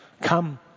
Come